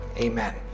Amen